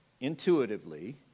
intuitively